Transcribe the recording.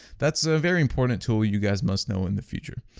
that's a very important tool you guys must know in the future.